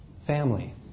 family